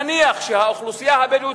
נניח שהאוכלוסייה הבדואית,